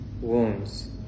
wounds